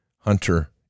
Hunter